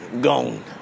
gone